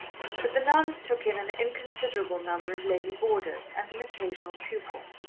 but the nuns took in an inconsiderable number of lady boarders, and an occasional pupil.